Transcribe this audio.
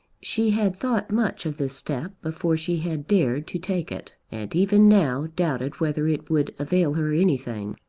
she had thought much of this step before she had dared to take it and even now doubted whether it would avail her anything.